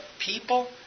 people